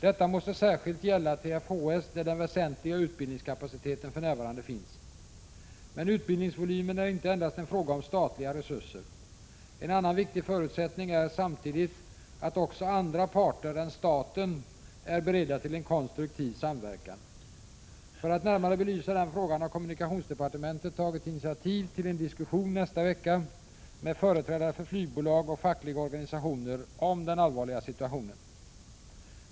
Detta måste särskilt gälla TFHS, där den väsentliga utbildningskapaciteten för närvarande finns. Men utbildningsvolymen är inte endast en fråga om statliga resurser. En annan viktig förutsättning är samtidigt att också andra parter än staten är beredda till en konstruktiv samverkan. För att närmare belysa den frågan har kommunikationsdepartementet tagit initiativ till en diskussion nästa vecka med företrädare för flygbolag och fackliga organisationer om den allvarliga situationen.